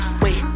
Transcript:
wait